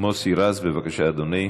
מוסי רז, בבקשה, אדוני.